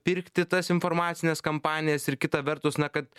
pirkti tas informacines kampanijas ir kita vertus na kad